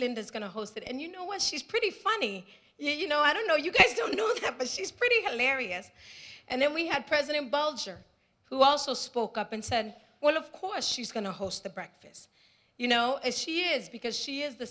linda is going to host it and you know what she's pretty funny you know i don't know you guys don't know that but she's pretty hilarious and then we had president bolger who also spoke up and said well of course she's going to host the breakfast you know as she is because she is